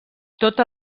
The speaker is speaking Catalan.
tota